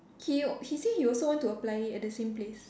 he he say he also want to apply at the same place